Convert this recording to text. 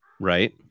right